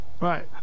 Right